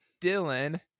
Dylan